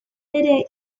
ere